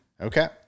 Okay